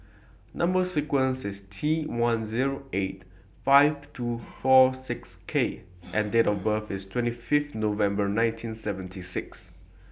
Number sequence IS T one Zero eight five two four six K and Date of birth IS twenty five November nineteen seventy six